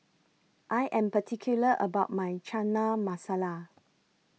I Am particular about My Chana Masala